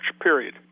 period